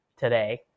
today